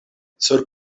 sur